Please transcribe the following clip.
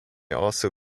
also